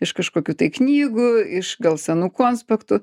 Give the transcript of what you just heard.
iš kažkokių tai knygų iš gal senų konspektų